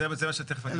זה מה שאני אסביר.